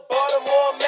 Baltimore